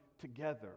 together